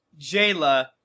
Jayla